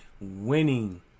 winning